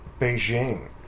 Beijing